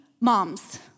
moms